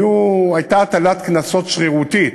הייתה הטלת קנסות שרירותית.